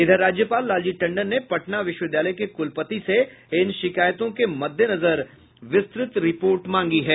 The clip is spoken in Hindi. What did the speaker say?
इधर राज्यपाल लालजी टंडन ने पटना विश्वविद्यालय के कुलपति से इन शिकायतों के मद्देनजर विस्तृत रिपोर्ट मांगी है